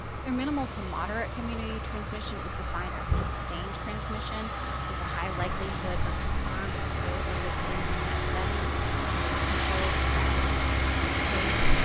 so, minimal to moderate community transmission is defined as sustained transmission with a high likelihood or confirmed exposure within communal settings and potential for rapid increase in cases.